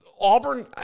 Auburn